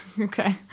Okay